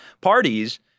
parties –